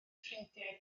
ffrindiau